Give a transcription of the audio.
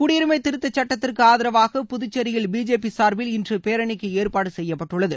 குடியுரிமை திருத்தச்சட்டத்திற்கு ஆதரவாக புதுச்சேரியில் பிஜேபி சார்பில் இன்று பேரணிக்கு ஏற்பாடு செய்யப்பட்டுள்ளது